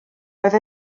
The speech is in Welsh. oedd